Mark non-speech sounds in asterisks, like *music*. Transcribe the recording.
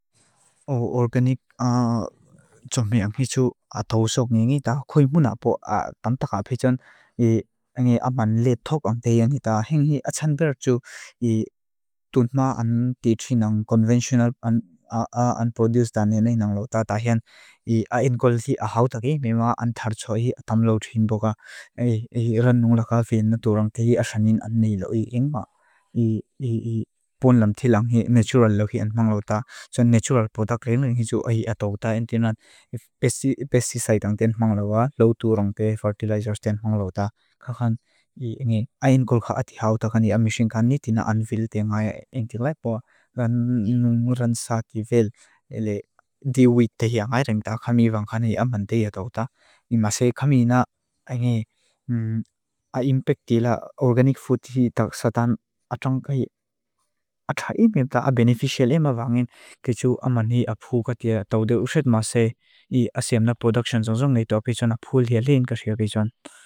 Órganík tsauméang hi tsu atáusók ngíngi, tá xóibú nápo atánta kápe chan ángi ámban létthók áng téi ángi tá. Héngi achanberat tsu túntma áng títrin áng conventional, áng produced áng níngi náng lóta, tá hén ái áng kólthí áháutak é. Mé má áng tárchói átámló chímbó ka, é rannúng laká vén natúr áng téi achanín áng níi lói éng má, é *hesitation* bónlam tílángi natural lóhi áng manglóta. Tsu natural product léng léng hi tsu áhi átóta, é ní nát pesticide áng téi áng manglóla, ló tú rongbe, fertilizers téi áng manglóta. Héngi ái áng kólthá átíháutak áng ní ámi xinkán nítina áng vél téi áng áya éng tíláipó, rannúng nguransá ki vél, é lé díu huit téi áng áy raim tá khamí vang kani ámban téi átóta. E má sé khamí ná ái ngé a impact tíla organic food tí tá xatán átángi, átáín mér tá a beneficial é ma vangin, kechú ámban hí a phú gatí átáude uxat má sé, é aséamna production zóng zóng léi tópi tópi tón a phú léa léin kaxi ápí tón.